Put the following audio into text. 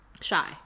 shy